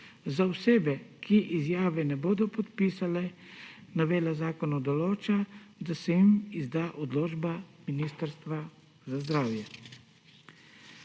Za osebe, ki izjave ne bodo podpisale, novela zakona določa, da se jim izda odločba Ministrstva za zdravje.